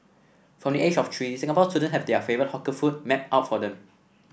from the age of three Singapore students have their favourite hawker food mapped out for them